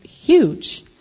huge